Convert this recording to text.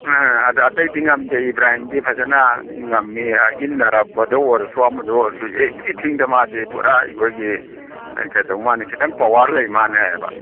ꯑꯥ ꯑꯗ ꯑꯇꯩꯗꯤ ꯉꯝꯗꯦ ꯏꯕ꯭ꯔꯥꯍꯤꯝꯗꯤ ꯐꯖꯅ ꯉꯝꯃꯤ ꯏꯟꯅꯔꯛꯄꯗ ꯑꯣꯏꯔꯁꯨ ꯑꯃꯗ ꯑꯣꯏꯔꯁꯨ ꯑꯦꯕ꯭ꯔꯤꯊꯤꯡꯗ ꯃꯥꯗꯤ ꯄꯨꯔꯥ ꯑꯩꯈꯣꯏꯒꯤ ꯀꯩꯗꯧ ꯃꯥꯟꯅꯦ ꯈꯤꯇꯪ ꯄꯥꯋꯥꯔ ꯂꯩꯃꯥꯅꯦꯕ